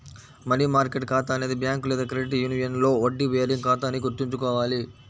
money market ఖాతా అనేది bank లేదా క్రెడిట్ యూనియన్లో వడ్డీ బేరింగ్ ఖాతా అని గుర్తుంచుకోవాలి